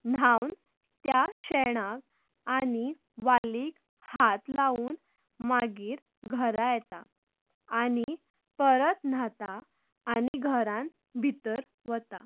न्हावन त्या शेणाक आनी वालीक हात लावून मागीर घरा येतात आनी परत न्हातात आनी घरांत भितर वतात